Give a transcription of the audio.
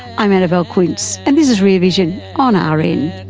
i'm annabelle quince and this is rear vision on ah rn